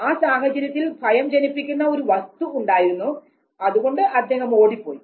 ആ സാഹചര്യത്തിൽ ഭയം ജനിപ്പിക്കുന്ന ഒരു വസ്തു ഉണ്ടായിരുന്നു അതുകൊണ്ട് അദ്ദേഹം ഓടിപ്പോയി